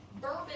bourbon